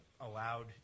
allowed